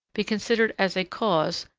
be considered as a cause,